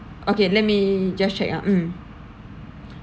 okay let me just check ah mm